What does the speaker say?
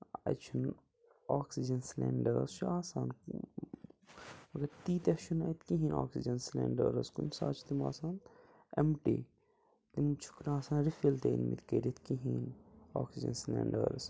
اَتہِ چھِنہٕ oxygen cylinders چھِ آسان مگر تیٖتیٛاہ چھِنہٕ اَتہِ کِہیٖنۍ آکسیٖجَن سِلیٚنٛڈٲرٕس کُنہِ ساتہٕ چھِ تِم آسان ایٚمپٹی تِم چھِکھ نہٕ آسان رِفِل تہِ أنۍ مِتۍ کٔرِتھ کِہیٖنۍ نہٕ آکسیٖجَن سِلیٚنڈٲرٕس